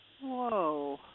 Whoa